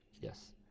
yes